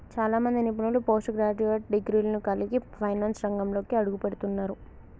చాలా మంది నిపుణులు పోస్ట్ గ్రాడ్యుయేట్ డిగ్రీలను కలిగి ఫైనాన్స్ రంగంలోకి అడుగుపెడుతున్నరు